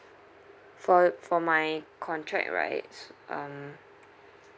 for uh for my contract right s~ um